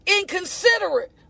Inconsiderate